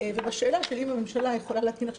ובשאלה של אם הממשלה יכולה להתקין עכשיו